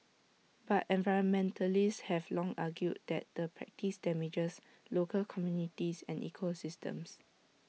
but environmentalists have long argued that the practice damages local communities and ecosystems